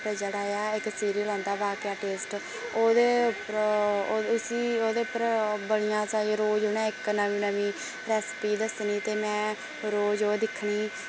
जेह्ड़ा एह् इक सीरियल औंदा वाह् क्या टेस्ट ओह्दे उप्पर उस्सी ओह्दे उप्पर बड़ियां सारियां रोज उ'नें इक नमीं नमीं रैसपी दस्सनी ते में रोज ओह् दिक्खनी